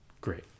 great